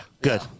Good